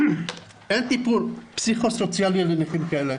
אין טיפול פסיכוסוציאלי לנכים כאלה,